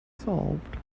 solved